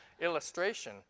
illustration